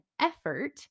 effort